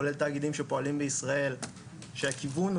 כולל תאגידים שפועלים בישראל שהכיוון הוא